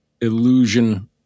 illusion